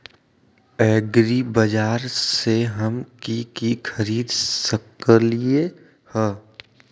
एग्रीबाजार से हम की की खरीद सकलियै ह?